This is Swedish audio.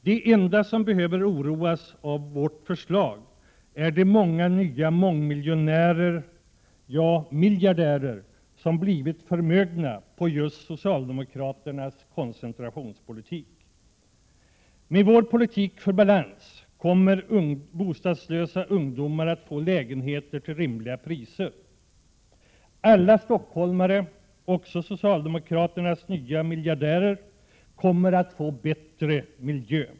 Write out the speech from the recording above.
De enda som behöver oroas av vårt förslag är de många nya mångmiljonärer, ja, miljardärer, som blivit förmögna just på socialdemokraternas koncentrationspolitik. Med vår politik som leder till balans kommer bostadslösa ungdomar att kunna komma över lägenheter till rimliga priser. Alla stockholmare — även socialdemokraternas nya miljardärer — kommer att få bättre miljö.